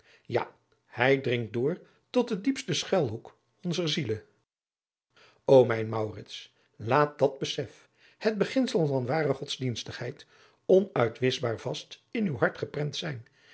ja hij dringt door tot den diepsten schuilhoek onzer ziele o mijn maurits laat dat besef het beginsel van ware godsdienstigheid onuitwischbaar vast in uw hart geprent zijn